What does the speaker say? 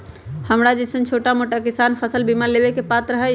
हमरा जैईसन छोटा मोटा किसान फसल बीमा लेबे के पात्र हई?